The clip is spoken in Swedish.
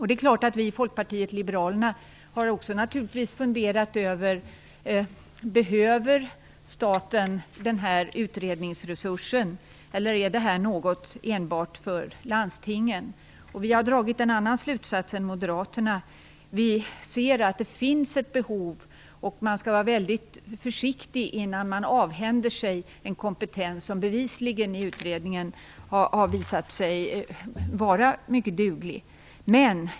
Det är klart att vi i Folkpartiet liberalerna har funderat över om staten behöver den här utredningsresursen eller om det här är någonting enbart för landstingen. Vi har dragit en annan slutsats än Moderaterna. Vi ser att det finns ett behov, och man skall vara väldigt försiktig innan man avhänder sig en kompetens som bevisligen, enligt utredningen, har visat sig vara mycket duglig.